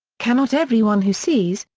cannot everyone who sees,